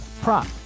prop